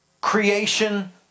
creation